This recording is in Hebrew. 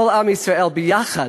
כל עם ישראל ביחד,